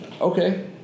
Okay